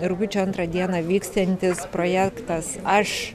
rugpjūčio antrą dieną vyksiantis projektas aš